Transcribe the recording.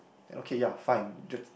okay ya fine that's